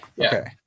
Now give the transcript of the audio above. Okay